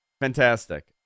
Fantastic